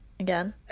Again